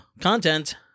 content